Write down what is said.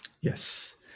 Yes